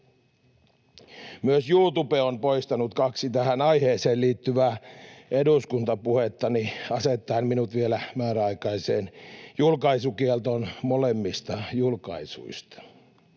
Myös YouTube on poistanut kaksi tähän aiheeseen liittyvää eduskuntapuhettani asettaen minut vielä määräaikaiseen julkaisukieltoon molemmista julkaisuista.